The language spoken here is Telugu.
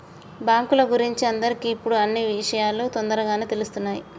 బాంకుల గురించి అందరికి ఇప్పుడు అన్నీ ఇషయాలు తోందరగానే తెలుస్తున్నాయి